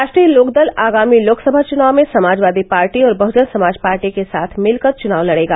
राश्ट्रीय लोकदल आगामी लोकसभा चुनाव में समाजवादी पार्टी और बहुजन समाज पार्टी के साथ मिलकर चुनाव लड़ेगा